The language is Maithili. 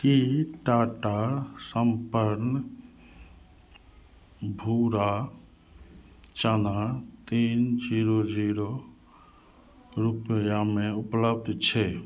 की टाटा सम्पूर्ण भूरा चना तीन जीरो जीरो रुपैआमे उपलब्ध छै